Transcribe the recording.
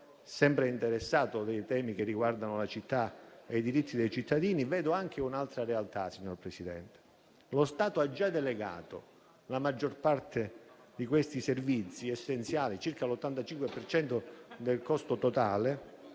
sempre interessato dei temi che riguardano la città e i diritti dei cittadini, vedo anche un'altra realtà, signor Presidente. Lo Stato ha già delegato la maggior parte di questi servizi essenziali, circa l'85 per cento del costo totale,